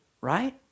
right